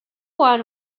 one